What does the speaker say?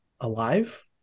alive